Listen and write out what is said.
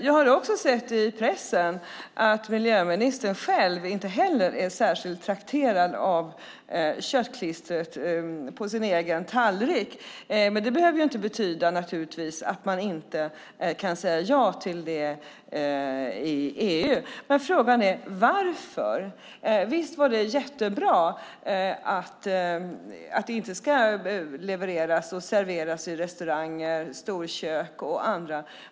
Jag har också sett i pressen att inte heller miljöministern är särskilt trakterad av köttklistret på sin egen tallrik. Men det behöver naturligtvis inte betyda att man inte kan säga ja till det i EU. Men frågan är: Varför? Visst är det jättebra att det inte ska serveras i restauranger, i storkök och så vidare.